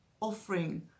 offering